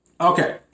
Okay